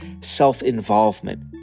self-involvement